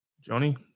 Johnny